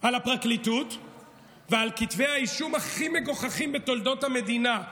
על הפרקליטות ועל כתבי האישום הכי מגוחכים בתולדות המדינה,